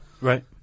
Right